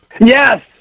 Yes